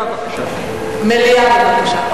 מליאה בבקשה.